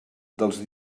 dels